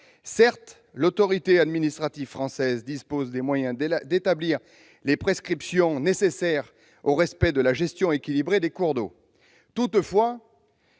Certes, l'autorité administrative française dispose des moyens d'établir les prescriptions nécessaires au respect de la gestion équilibrée des cours d'eau ; toutefois,